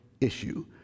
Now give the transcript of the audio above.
issue